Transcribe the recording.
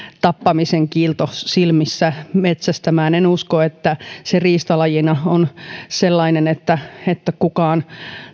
tappamisen kiilto silmissä metsästämään en usko että se riistalajina on sellainen että että kukaan